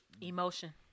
Emotion